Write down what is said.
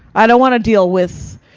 i don't wanna deal with.